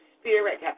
spirit